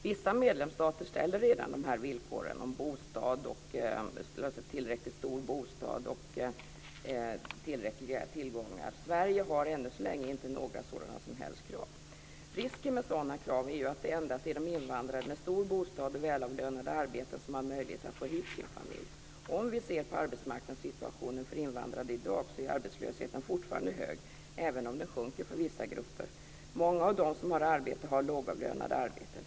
Vissa medlemsstater ställer redan de här villkoren om en tillräckligt stor bostad och tillräckliga tillgångar. Sverige ställer ännu så länge inte några som helst sådana krav. Risken med sådana krav är ju att det endast blir invandrade med stor bostad och välavlönat arbete som har möjlighet att få hit sin familj. I dagens arbetsmarknadssituation är arbetslösheten för invandrade fortfarande hög, även om den sjunker för vissa grupper. Många av dem som har arbete är lågavlönade.